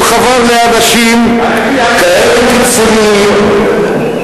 הוא חבר לאנשים כאלה קיצוניים,